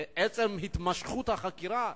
עצם התמשכות החקירה,